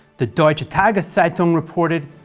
the deutsche tageszeitung reported